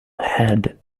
had